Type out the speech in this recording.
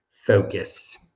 focus